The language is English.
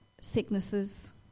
sicknesses